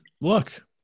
look